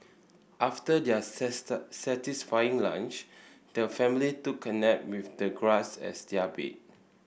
after their satisfying lunch the family took a nap with the grass as their bed